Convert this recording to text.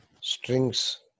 strings